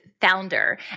founder